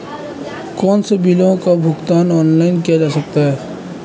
कौनसे बिलों का भुगतान ऑनलाइन किया जा सकता है?